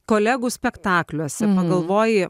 kolegų spektakliuose pagalvoji